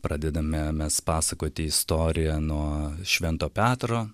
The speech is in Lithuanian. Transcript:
pradedame mes pasakoti istoriją nuo švento petro